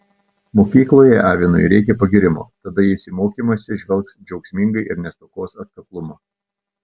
mokykloje avinui reikia pagyrimo tada jis į mokymąsi žvelgs džiaugsmingai ir nestokos atkaklumo